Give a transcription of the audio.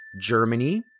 Germany